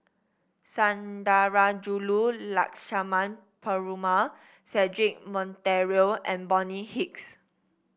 Sundarajulu Lakshmana Perumal Cedric Monteiro and Bonny Hicks